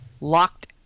locked